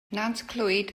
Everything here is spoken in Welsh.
nantclwyd